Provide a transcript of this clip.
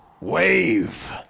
wave